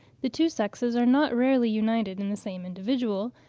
the two sexes are not rarely united in the same individual,